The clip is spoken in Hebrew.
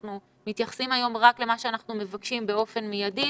אנחנו מתייחסים היום רק למה שאנחנו מבקשים באופן מידי.